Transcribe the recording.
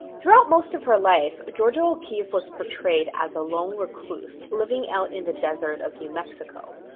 throughout most of her life, georgia o'keeffe was portrayed as a lone recluse living out in the desert of new mexico.